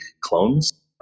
clones